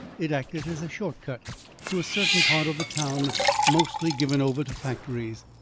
it acted as a short cut to a certain part of the town mostly given over to factories.